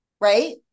right